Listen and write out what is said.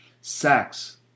sex